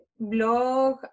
blog